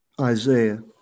Isaiah